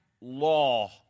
law